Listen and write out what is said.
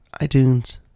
iTunes